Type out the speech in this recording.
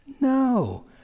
no